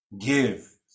Give